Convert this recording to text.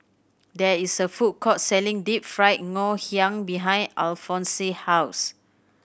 there is a food court selling Deep Fried Ngoh Hiang behind Alfonse house